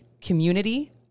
community